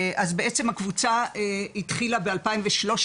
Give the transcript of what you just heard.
אז בעצם הקבוצה התחילה ב-2013